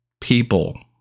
people